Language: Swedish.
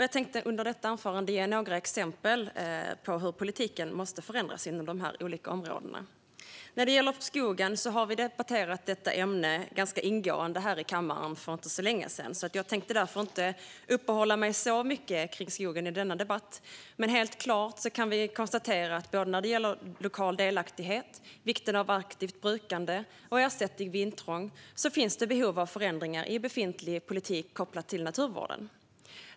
Jag tänker i detta anförande ge några exempel på hur politiken måste förändras inom dessa olika områden. Skogen debatterade vi ganska ingående här i kammaren för inte särskilt länge sedan. Jag tänker därför inte uppehålla mig särskilt mycket vid skogen i denna debatt. Men vi kan helt klart konstatera att när det gäller såväl lokal delaktighet som vikten av aktivt brukande och ersättning vid intrång finns det behov av förändringar i befintlig politik kopplat till naturvården.